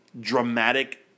dramatic